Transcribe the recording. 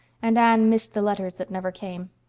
and anne missed the letters that never came.